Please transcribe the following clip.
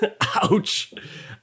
Ouch